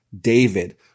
David